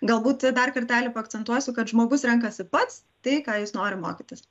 galbūt dar kartelį paakcentuosiu kad žmogus renkasi pats tai ką jis nori mokytis